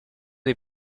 dei